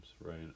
right